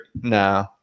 no